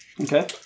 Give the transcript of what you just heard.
Okay